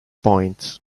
points